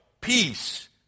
peace